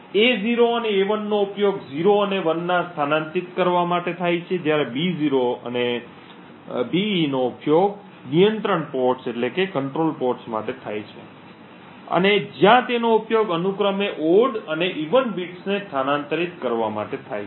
A0 અને A1 નો ઉપયોગ 0 અને 1 સ્થાનાંતરિત કરવા માટે થાય છે જ્યારે B0 અને BE નો ઉપયોગ નિયંત્રણ પોર્ટ્સ માટે થાય છે અને જ્યાં તેનો ઉપયોગ અનુક્રમે ઓડ બિટ્સ અને ઇવન બીટ્સને સ્થાનાંતરિત કરવા માટે થાય છે